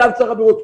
דרך סגן שר הבריאות,